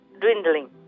dwindling